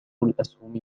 الأسهم